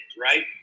right